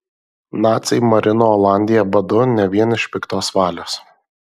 naciai marino olandiją badu ne vien iš piktos valios